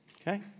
Okay